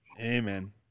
Amen